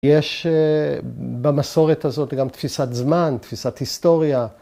‫יש במסורת הזאת ‫גם תפיסת זמן, תפיסת היסטוריה.